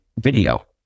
video